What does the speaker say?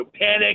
panic